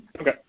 Okay